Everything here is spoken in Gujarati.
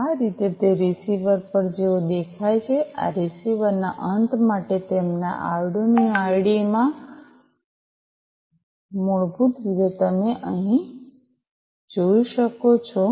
આ રીતે તે રીસીવર પર જેવો દેખાય છે રીસીવર ના અંત માટે તેમના આર્ડુનીઓ આઈડીઇ માં મૂળભૂત રીતે તમે અહીં જોઈ શકો છો